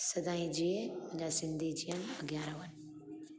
सदाई जीए मुंहिंजा सिंधी जीअनि अॻियां रहनि